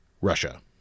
Russia